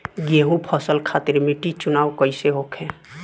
गेंहू फसल खातिर मिट्टी चुनाव कईसे होखे?